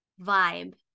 vibe